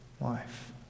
life